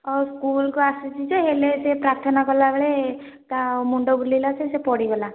ହଁ ସ୍କୁଲ୍କୁ ଆସିଛି ଯେ ହେଲେ ସିଏ ପ୍ରାର୍ଥନା କଲାବେଳେ ତା' ମୁଣ୍ଡ ବୁଲେଇଲା ସେ ପଡ଼ିଗଲା